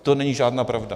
To není žádná pravda.